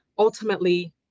Ultimately